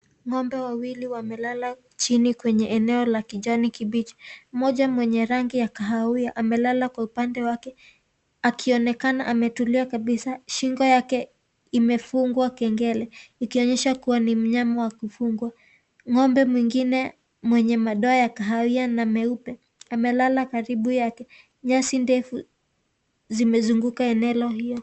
Ng'ombe wawili wamelala chini kwenye eneo la kijani kibichi . Mmoja mwenye rangi ya kahawia amelala kwa upande wake akionekana ametulia kabisa , shingo yake imefungwa kengele ikionyesha kuwa ni mnyama wa kufungwa . Ng'ombe mwingine mwenye madoa ya kahawia na meupe amelala karibu yake . Nyasi ndefu zimezunguka enelo hiyo.